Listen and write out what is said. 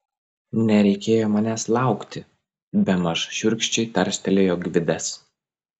nereikėjo manęs laukti bemaž šiurkščiai tarstelėjo gvidas